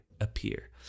appear